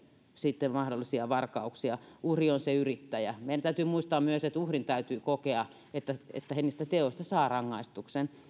sitten mahdollisia varkauksia uhri on se yrittäjä meidän täytyy muistaa myös että uhrin täytyy kokea että että he niistä teoista saavat rangaistuksen